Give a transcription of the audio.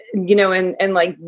you know, and and like,